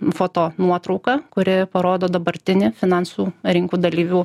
foto nuotrauka kuri parodo dabartinį finansų rinkų dalyvių